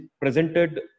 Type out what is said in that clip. presented